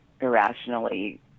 irrationally